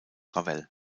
ravel